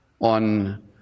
on